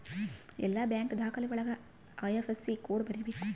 ಎಲ್ಲ ಬ್ಯಾಂಕ್ ದಾಖಲೆ ಒಳಗ ಐ.ಐಫ್.ಎಸ್.ಸಿ ಕೋಡ್ ಬರೀಬೇಕು